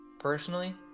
Personally